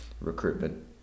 recruitment